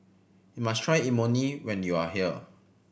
you must try Imoni when you are here